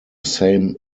same